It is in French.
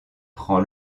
prend